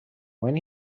when